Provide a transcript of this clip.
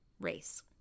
race